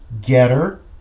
Getter